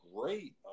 great